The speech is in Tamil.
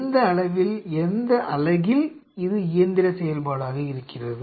எந்த அளவில் எந்த அலகில் இது இயந்திர செயல்பாடாக இருக்கிறது